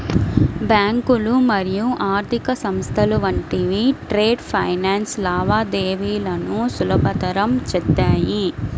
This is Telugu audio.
బ్యాంకులు మరియు ఆర్థిక సంస్థలు వంటివి ట్రేడ్ ఫైనాన్స్ లావాదేవీలను సులభతరం చేత్తాయి